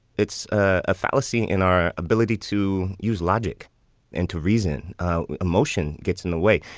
it's a fallacy in our ability to use logic and to reason emotion gets in the way.